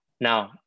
Now